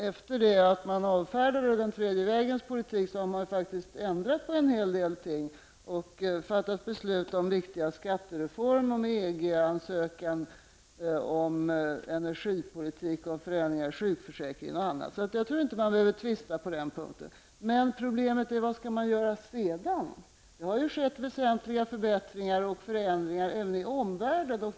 Efter det att man avfärdade den tredje vägens politik har man faktiskt ändrat på en hel del ting och fattat beslut om en viktig skattereform, om EG-ansökan, om energipolitiken, om förändringar i sjukförsäkringen och annat. Jag tror alltså inte att vi behöver tvista på den punkten. Men problemet är vad man skall göra sedan. Det har ju skett väsentliga förbättringar och förändringar även i omvärlden.